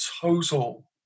total